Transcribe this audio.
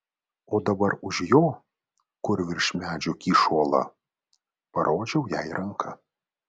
o dabar už jo kur virš medžių kyšo uola parodžiau jai ranka